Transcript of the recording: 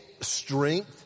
strength